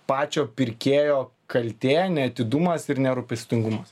pačio pirkėjo kaltė neatidumas ir nerūpestingumas